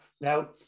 Now